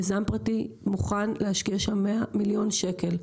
יזם פרטי שמוכן להשקיע שם מאה מיליון שקל,